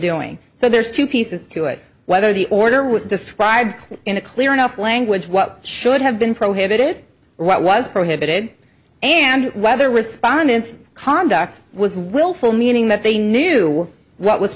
doing so there's two pieces to it whether the order with described in a clear enough language what should have been prohibited what was prohibited and whether respondants conduct was willful meaning that they knew what was